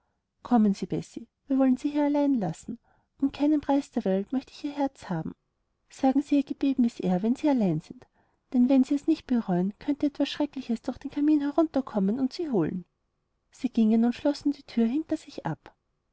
kommen sie bessie wir wollen sie allein lassen um keinen preis der welt möchte ich ihr herz haben sagen sie ihr gebet miß eyre wenn sie allein sind denn wenn sie nicht bereuen könnte etwas schreckliches durch den kamin herunterkommen und sie holen sie gingen und schlossen die thür hinter sich ab